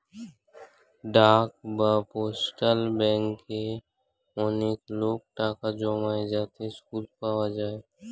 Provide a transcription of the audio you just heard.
ডাক বা পোস্টাল ব্যাঙ্কে অনেক লোক টাকা জমায় যাতে সুদ পাওয়া যায়